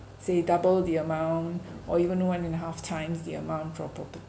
say double the amount or even one and a half times the amount of property